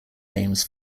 names